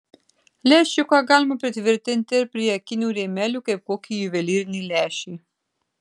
lęšiuką galima pritvirtinti ir prie akinių rėmelių kaip kokį juvelyrinį lęšį